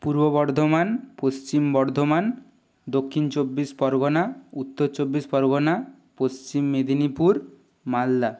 Purba Bardhaman Paschim Bardhaman Dakshin Chabbish Pargana Uttar Chabbish Pargana Paschim Medinipur Malda